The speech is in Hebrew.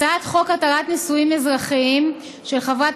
הצעת חוק התרת נישואין אזרחיים של חברת